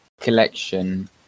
collection